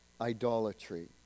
idolatry